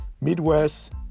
Midwest